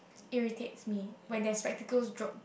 irritates me when their spectacles drop